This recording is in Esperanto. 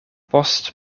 post